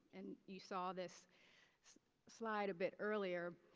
and you saw this slide a bit earlier.